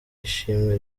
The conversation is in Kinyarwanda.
ishimwe